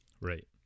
Right